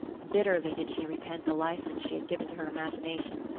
bitterly did she repent the license she had given to her imagination.